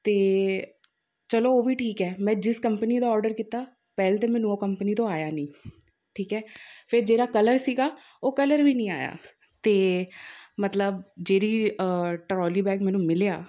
ਅਤੇ ਚਲੋ ਉਹ ਵੀ ਠੀਕ ਹੈ ਮੈਂ ਜਿਸ ਕੰਪਨੀ ਦਾ ਔਡਰ ਕੀਤਾ ਪਹਿਲਾਂ ਤਾਂ ਮੈਨੂੰ ਉਹ ਕੰਪਨੀ ਤੋਂ ਆਇਆ ਨਹੀਂ ਠੀਕ ਹੈ ਫਿਰ ਜਿਹੜਾ ਕਲਰ ਸੀਗਾ ਉਹ ਕਲਰ ਵੀ ਨਹੀਂ ਆਇਆ ਤਾਂ ਮਤਲਬ ਜਿਹੜੀ ਟਰੋਲੀ ਬੈਗ ਮੈਨੂੰ ਮਿਲਿਆ